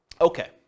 Okay